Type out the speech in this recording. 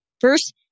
first